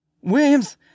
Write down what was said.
Williams